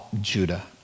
Judah